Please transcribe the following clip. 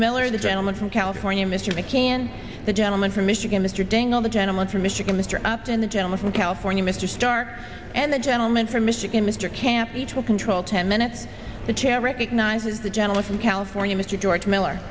miller the gentleman from california mr mcmahon the gentleman from michigan mr dingell the gentleman from michigan mr upton the gentleman from california mr stark and the gentleman from michigan mr camp each will control ten minutes the chair recognizes the gentleman from california mr george miller